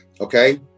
okay